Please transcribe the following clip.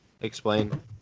explain